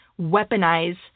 weaponize